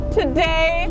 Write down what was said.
today